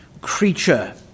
creature